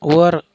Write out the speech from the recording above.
वर